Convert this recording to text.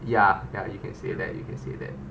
ya ya you can say that you can say that